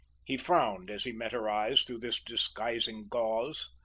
he frowned as he met her eyes through this disguising gauze.